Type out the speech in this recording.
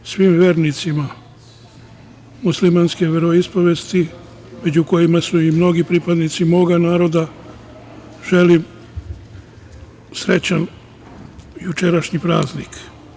Svim vernicima muslimanske veroispovesti, među kojima su i mnogi pripadnici moga naroda, želim srećan jučerašnji praznik.